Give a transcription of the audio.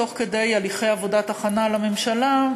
תוך כדי עבודת הכנה לממשלה,